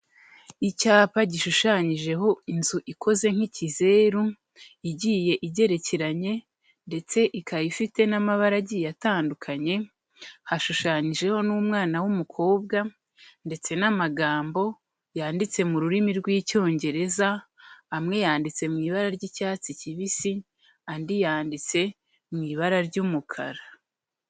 Icyapa gishushanyijeho inzu ikoze nk'ikizeru, igiye igerekeranye ndetse ikaba ifite n'amabara agiye atandukanye, hashushanyijeho n'umwana w'umukobwa, ndetse n'amagambo yanditse mu rurimi rw'Icyongereza, amwe yanditse mu ibara ry'icyatsi kibisi, andi yanditse mu ibara ry'umukara.